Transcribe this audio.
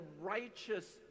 righteous